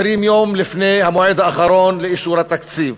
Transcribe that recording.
יום לפני המועד האחרון לאישור התקציב.